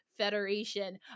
federation